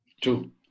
two